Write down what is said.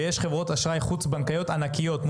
ויש חברות אשראי חוץ-בנקאיות ענקיות,